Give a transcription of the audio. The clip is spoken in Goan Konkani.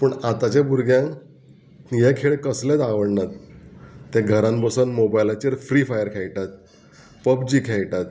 पूण आतांच्या भुरग्यांक हे खेळ कसलेच आवडनात ते घरान बसोन मोबायलाचेर फ्री फायर खेळटात पबजी खेळटात